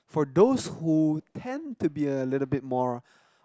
for those who tend to be a little bit more